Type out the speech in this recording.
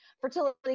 fertility